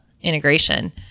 integration